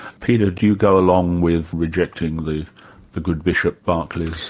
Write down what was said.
peter, do you go along with rejecting the the good bishop berkeley's.